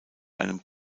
einem